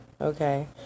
okay